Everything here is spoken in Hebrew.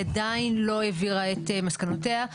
היא עדיין לא העביר את מסקנותיה.